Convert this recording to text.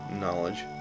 Knowledge